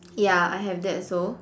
ya I have that also